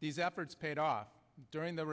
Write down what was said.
these efforts paid off during the